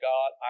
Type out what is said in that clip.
God